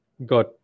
got